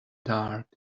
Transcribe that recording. dark